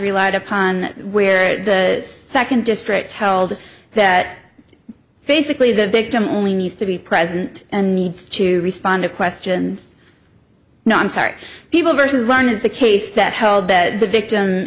upon where the second district held that basically the victim only needs to be present and needs to respond to questions no i'm sorry people versus one is the case that held that the victim